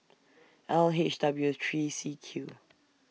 L H W three C Q